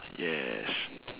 yes